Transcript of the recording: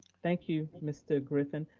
thank you, mr. griffin.